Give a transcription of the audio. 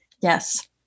Yes